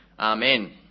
Amen